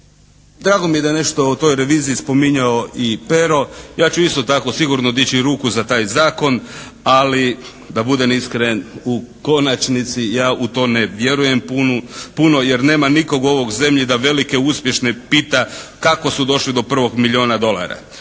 Drago mi je da je nešto o toj reviziji spominjao i Pero. Ja ću isto tako sigurno dići ruku za taj zakon, ali da budem iskren u konačnici ja u to ne vjerujem puno jer nema nikog u ovoj zemlji da velike i uspješne pita kako su došli do prvog milijuna dolara.